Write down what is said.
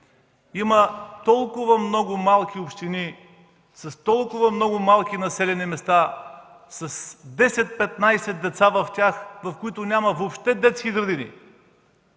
Има толкова много малки общини, толкова малки населени места с по 10-15 деца в тях, в които въобще няма детски градини.